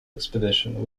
expedition